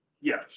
Yes